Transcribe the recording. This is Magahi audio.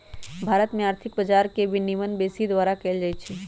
भारत में आर्थिक बजार के विनियमन सेबी द्वारा कएल जाइ छइ